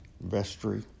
vestry